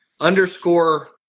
underscore